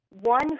one